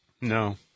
No